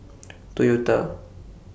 Toyota